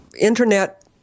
Internet